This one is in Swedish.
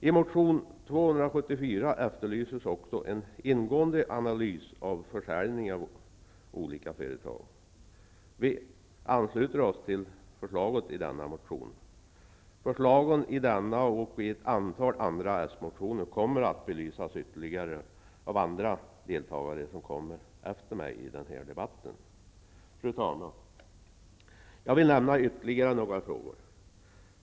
I motion 274 efterlyses också en ingående analys av försäljning av olika företag. Vi ansluter oss till förslagen i denna motion. Förslagen i denna och i ett antal andra s-motioner kommer att belysas ytterligare av andra deltagare som kommer efter mig i denna debatt. Fru talman! Jag vill nämna ytterligare några frågor.